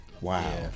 wow